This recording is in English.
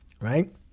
Right